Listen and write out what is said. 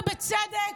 ובצדק,